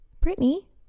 Brittany